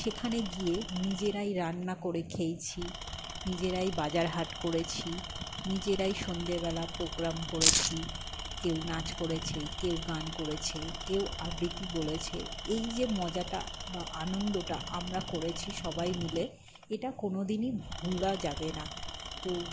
সেখানে গিয়ে নিজেরাই রান্না করে খেয়েছি নিজেরাই বাজার হাট করেছি নিজেরাই সন্দেবেলা পোগ্রাম করেছি কেউ নাচ করেছে কেউ গান করেছে কেউ আবৃত্তি বলেছে এই যে মজাটা বা আনন্দটা আমরা করেছি সবাই মিলে এটা কোনো দিনই ভোলা যাবে না তো